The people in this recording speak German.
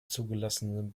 zugelassenen